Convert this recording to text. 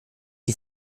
die